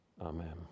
Amen